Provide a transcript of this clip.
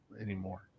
anymore